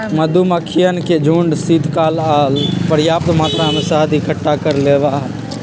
मधुमक्खियन के झुंड शीतकाल ला पर्याप्त मात्रा में शहद इकट्ठा कर लेबा हई